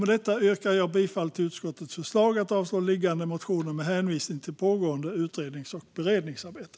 Med detta yrkar jag bifall till utskottets förslag att avslå liggande motioner med hänvisning till pågående utrednings och beredningsarbete.